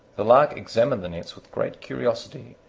the lark examined the nets with great curiosity,